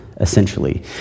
essentially